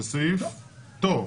זה סעיף טוב.